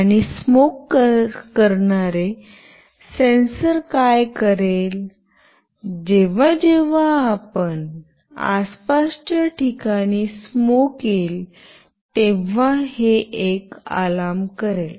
आणि स्मोक करणारे सेन्सर काय करेल जेव्हा जेव्हा आसपासच्या ठिकाणी स्मोक येईल तेव्हा हे एक अलार्म करेल